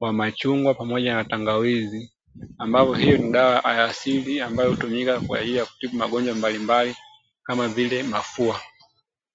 wa machungwa pamoja na tangawizi ambayo hiyo ni dawa ya asili ambayo hutumika kutibu magonjwa mbalimbali kama vile mafua.